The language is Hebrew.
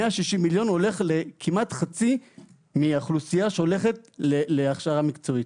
160 מיליון הולך לכמעט חצי מהאוכלוסייה שהולכת להכשרה מקצועית.